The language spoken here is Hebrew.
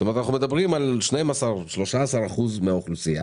זאת אומרת, אנחנו מדברים על 12%, 13% מהאוכלוסייה,